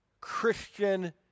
Christian